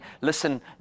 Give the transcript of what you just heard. listen